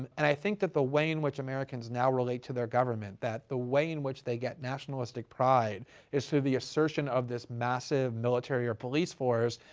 and i think that the way in which americans now relate to their government, that the way in which they get nationalistic pride is through the assertion of this massive, military or police force,